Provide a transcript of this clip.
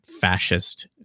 fascist